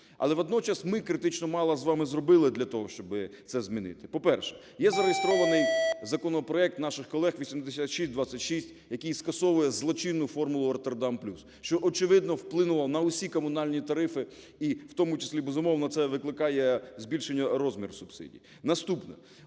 Але водночас ми критично мало з вами зробили для того, щоб це змінити. По-перше, є зареєстрований законопроект наших колег 8626, який скасовує злочинну формулу "Роттердам плюс", що очевидно вплинуло на всі комунальні тарифи і в тому числі, безумовно, це викликає збільшення розміру субсидій. Наступне.